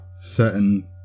certain